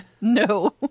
No